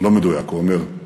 לא מדויק, הוא היה אומר: